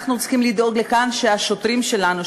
אנחנו צריכים לדאוג לכך שהשוטרים שלנו,